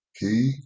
Key